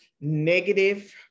negative